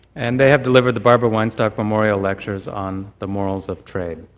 and they have delivered the barbara weinstock memorial lectures on the morals of trade.